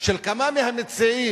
של כמה מהמציעים.